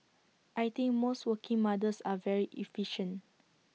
I think most working mothers are very efficient